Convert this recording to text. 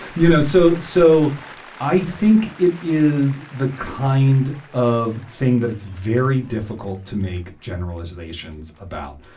you know, so. so i think it is the kind of thing that it's very difficult to make generalizations about.